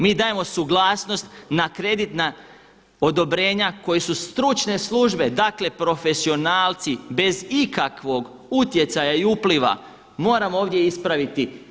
Mi dajemo suglasnost na kredit na odobrenja koji su stručne službe, dakle profesionalci bez ikakvog utjecaja i upliva, moram ovdje ispraviti.